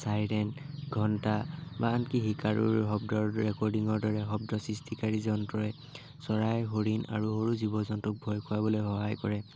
siren ঘণ্টা বা আনকি শিকাৰুৰ শব্দৰ ৰেকৰ্ডিঙৰ দৰে শব্দ সৃষ্টিকাৰী যন্ত্ৰই চৰাই হৰিণ আৰু সৰু জীৱ জন্তুক ভয় খুৱাবলৈ সহায় কৰে